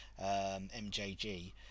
MJG